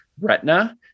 retina